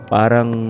parang